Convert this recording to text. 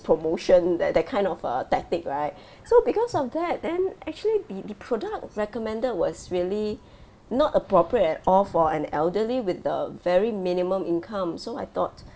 promotion that that kind of uh tactic right so because of that then actually the the product recommended was really not appropriate at all for an elderly with a very minimum income so I thought